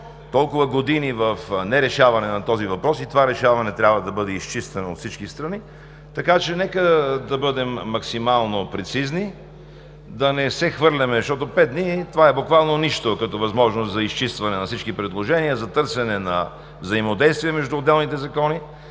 че това решаване трябва да бъде изчистено от всички страни. Така че нека да бъдем максимално прецизни, да не се хвърляме, защото пет дни са буквално нищо като възможност за изчистване на всички предложения, за търсене на взаимодействие между отделните закони.